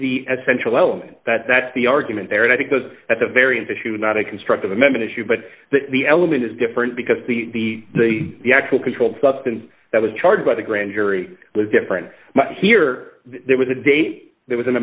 the essential element that that's the argument there and i think those at the variance issue not a constructive amendment issue but the element is different because the the the actual controlled substance that was charged by the grand jury was different here there was a date there was an